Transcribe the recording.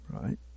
right